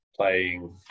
playing